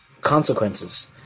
Consequences